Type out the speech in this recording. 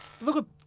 Look